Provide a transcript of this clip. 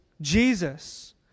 Jesus